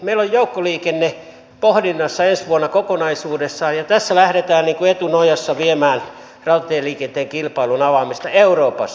meillä on joukkoliikenne pohdinnassa ensi vuonna kokonaisuudessaan ja tässä lähdetään etunojassa viemään rautatieliikenteen kilpailun avaamista euroopassa